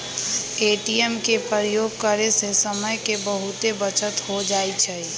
ATM के प्रयोग करे से समय के बहुते बचत हो जाइ छइ